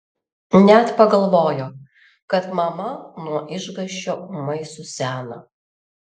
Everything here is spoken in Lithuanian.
net pagalvojo kad mama nuo išgąsčio ūmai suseno